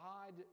God